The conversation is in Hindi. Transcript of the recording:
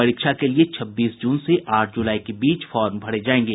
परीक्षा के लिये छब्बीस जून से आठ जुलाई के बीच फार्म भरे जायेंगे